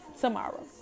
Tomorrow